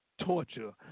torture